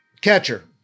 catcher